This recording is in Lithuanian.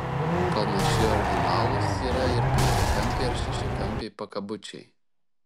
panašiai originalūs yra ir penkiakampiai ar šešiakampiai pakabučiai